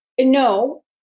No